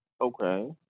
Okay